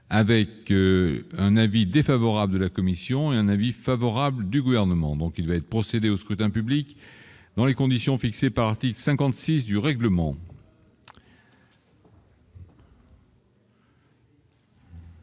avec un avis défavorable de la commission et un avis favorable du gouvernement, donc il va être procédé au scrutin public dans les conditions fixées par article 56 du règlement.